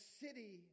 city